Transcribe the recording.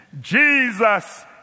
Jesus